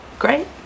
Great